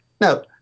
Now